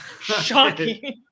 Shocking